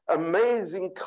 amazing